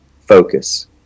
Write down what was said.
Focus